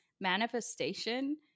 manifestation